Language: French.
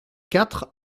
quatre